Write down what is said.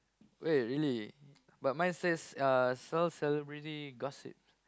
wait really but mine says uh sell celebrity gossip